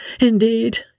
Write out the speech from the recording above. indeed